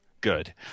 Good